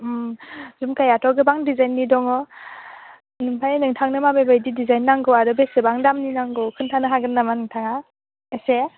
उम जुमखायाथ' गोबां डिजाइननि दङ ओमफाय नोंथांनो माबेबायदि डिजाइन नांगौ आरो बेसेबां दामनि नांगौ खोन्थानो हागोन नामा नोंथाङा एसे